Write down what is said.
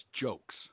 Jokes